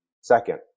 Second